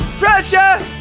Russia